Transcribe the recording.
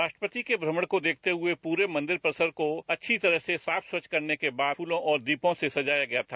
राष्ट्रपति को भ्रमण को देखते हुए पूरे मंदिर परिसर को अच्छी तरह से साफ स्वच्छ करने के बाद फूलों और दीपों से सजाया गया था